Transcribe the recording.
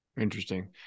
Interesting